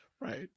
Right